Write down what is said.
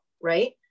right